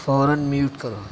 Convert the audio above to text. فوراً میوٹ کرو